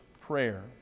prayer